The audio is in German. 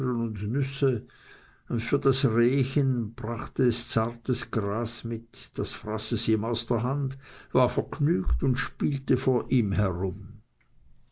nüsse und für das rehchen brachte es zartes gras mit das fraß es ihm aus der hand war vergnügt und spielte vor ihm herum